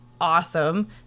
awesome